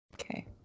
Okay